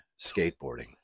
skateboarding